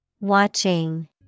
Watching